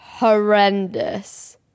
horrendous